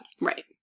right